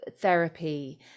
therapy